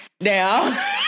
Now